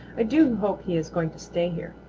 i do hope he is going to stay here.